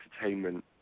entertainment